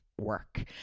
work